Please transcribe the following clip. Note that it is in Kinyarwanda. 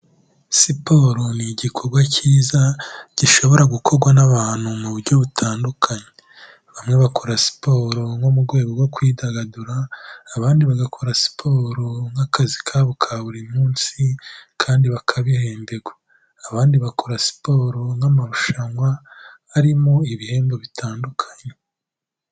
Siporo ni igikorwa cyiza gishobora gukorwa n'abantu mu buryo butandukanye. Bamwe bakora siporo nko mu rwego rwo kwidagadura, abandi bagakora siporo nk'akazi kabo ka buri munsi kandi bakabihemberwa. Abandi bakora siporo nk'amarushanwa arimo ibihembo bitandukanye.